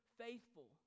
faithful